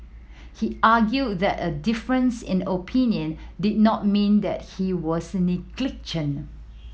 he argued that a difference in opinion did not mean that he was